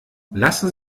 lassen